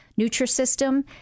Nutrisystem